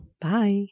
Bye